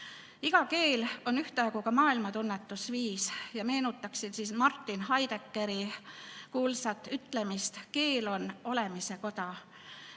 Iga keel on ühtaegu ka maailmatunnetusviis. Meenutaksin Martin Heideggeri kuulsat ütlemist: "Keel on olemise koda."